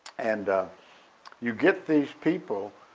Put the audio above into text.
and you get these people,